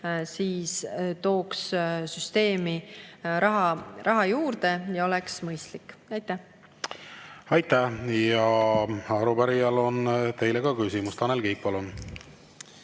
tooks süsteemi raha juurde ja oleks mõistlik. Aitäh! Aitäh! Arupärijal on teile ka küsimus. Tanel Kiik, palun!